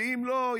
ואם לא,